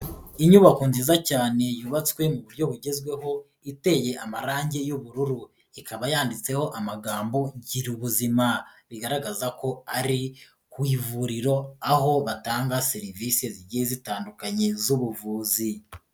Inyubako nziza cyane yubatswe mu buryo bugezweho iteye amarangi y'ubururu, ikaba yanditseho amagambo girubuzima bigaragaza ko ari ku ivuriro aho batanga serivisi zigiye zitandukanye z'ubuvuzi.